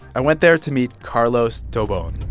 i went there to meet carlos tobon.